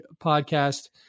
podcast